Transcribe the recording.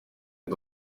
ndi